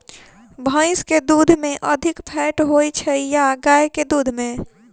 भैंस केँ दुध मे अधिक फैट होइ छैय या गाय केँ दुध में?